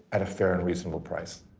at a fair and reasonable price.